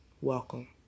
welcome